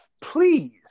Please